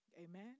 Amen